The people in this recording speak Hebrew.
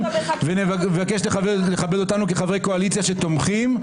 ומבקש לכבד אותנו כחברי קואליציה שתומכים.